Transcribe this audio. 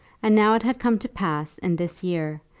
and now it had come to pass, in this year,